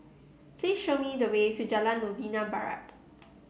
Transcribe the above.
please show me the way to Jalan Novena Barat